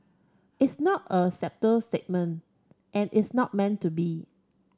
it's not a subtle statement and it's not meant to be